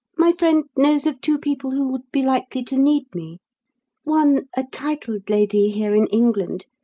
my friend knows of two people who would be likely to need me one, a titled lady here in england,